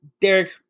Derek